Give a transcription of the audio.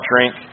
drink